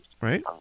right